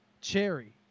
cherry